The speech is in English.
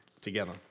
together